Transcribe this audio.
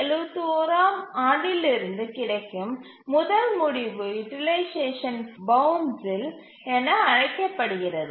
1971 ஆம் ஆண்டிலிருந்து கிடைக்கும் முதல் முடிவு யூட்டிலைசேஷன் பவுண்ட்ஸ் என அழைக்கப்படுகிறது